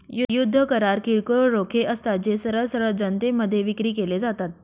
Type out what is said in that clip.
युद्ध करार किरकोळ रोखे असतात, जे सरळ सरळ जनतेमध्ये विक्री केले जातात